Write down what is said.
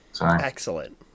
Excellent